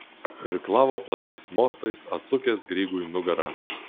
irklavo plačiais mostais atsukęs grygui nugarą